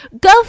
go